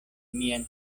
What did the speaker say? mian